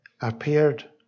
appeared